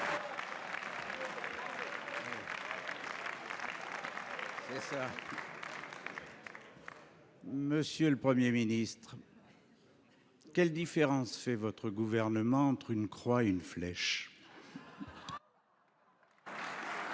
Monsieur le Premier ministre, quelle différence votre gouvernement fait il entre une croix et une flèche ?